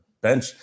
bench